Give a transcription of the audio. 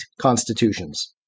constitutions